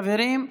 חברים,